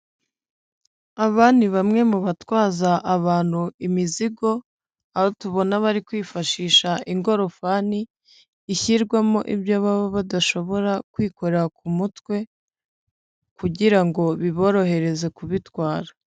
Aba ni bamwe mu batwaza abantu imizigo, aho tubona bari kwifashisha ingofani, ishyirwamo ibyo baba badashobora kwikorera ku mutwe kugira ngo biborohereze kubitwara.